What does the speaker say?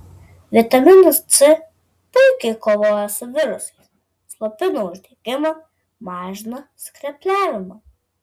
vitaminas c puikiai kovoja su virusais slopina uždegimą mažina skrepliavimą